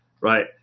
right